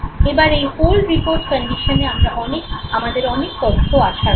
এবার এই whole report কন্ডিশনে আমাদের অনেক তথ্য আসার কথা